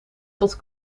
tot